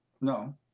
No